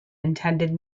intended